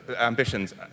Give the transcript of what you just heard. ambitions